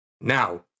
Now